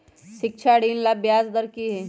शिक्षा ऋण ला ब्याज दर कि हई?